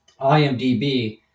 IMDb